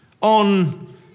on